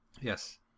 Yes